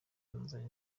azana